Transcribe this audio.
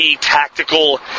tactical